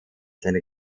seine